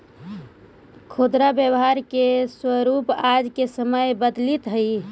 खुदरा व्यापार के स्वरूप आज के समय में बदलित हइ